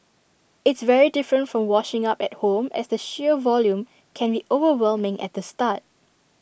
it's very different from washing up at home as the sheer volume can be overwhelming at the start